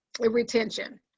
retention